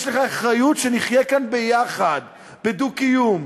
יש לך אחריות שנחיה כאן ביחד בדו-קיום.